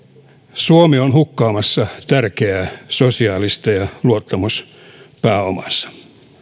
suomi on hukkaamassa tärkeää sosiaalista ja luottamuspääomaansa